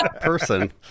person